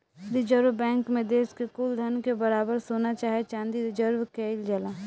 reserve Bank मे देश के कुल धन के बराबर सोना चाहे चाँदी रिजर्व केइल जाला